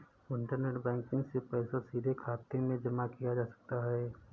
internet banking से पैसा सीधे खाते में जमा किया जा सकता है